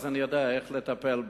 ואז אני אדע איך לטפל בהם.